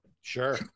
Sure